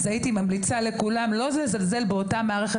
אז הייתי ממליצה לכולם לא לזלזל באותה מערכת